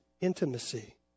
intimacy